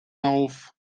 lauf